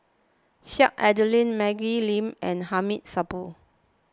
Sheik Alau'ddin Maggie Lim and Hamid Supaat